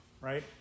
right